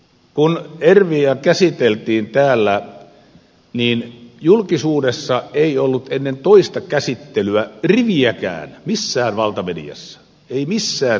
kun erviä käsiteltiin täällä niin julkisuudessa ei ollut ennen toista käsittelyä riviäkään missään valtamediassa ei missään tiedotusvälineessä